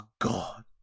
God